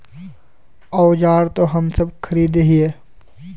औजार तो हम सब खरीदे हीये?